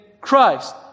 Christ